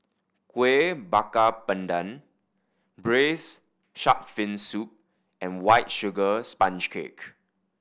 Kueh Bakar Pandan Braised Shark Fin Soup and White Sugar Sponge Cake